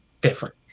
different